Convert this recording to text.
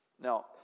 now